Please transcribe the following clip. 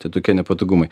tai tokie nepatogumai